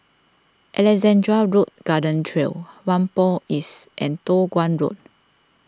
Alexandra Road Garden Trail Whampoa East and Toh Guan Road